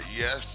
Yes